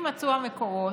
אם יימצאו המקורות,